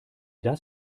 das